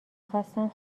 خواستم